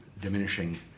diminishing